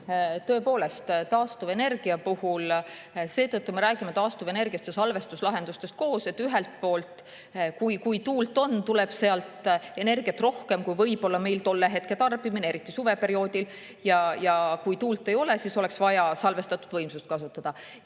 Tõepoolest, taastuvenergia puhul me räägime seetõttu taastuvenergiast ja salvestuslahendustest koos, et ühelt poolt, kui tuult on, tuleb sealt energiat rohkem, kui võib-olla meil on tolle hetke tarbimine, eriti suveperioodil, ja kui tuult ei ole, siis oleks vaja salvestatud võimsust kasutada.